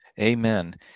Amen